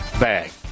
bag